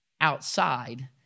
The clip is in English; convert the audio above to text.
outside